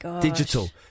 Digital